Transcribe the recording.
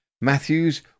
Matthews